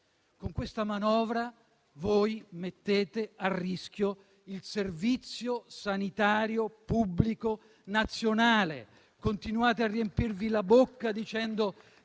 Con questa manovra voi mettete a rischio il Servizio sanitario pubblico nazionale. Continuate a riempirvi la bocca dicendo